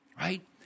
right